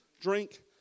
drink